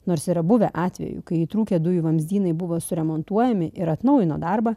nors yra buvę atvejų kai įtrūkę dujų vamzdynai buvo suremontuojami ir atnaujino darbą